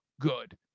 good